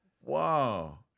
Wow